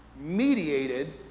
mediated